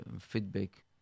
feedback